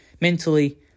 mentally